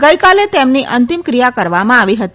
ગઈકાલે તેમની અંતિમક્રિયા કરવામાં આવી હતી